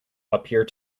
appear